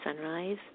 sunrise